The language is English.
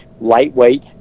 lightweight